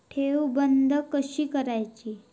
ठेव बंद कशी करायची?